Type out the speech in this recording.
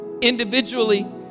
individually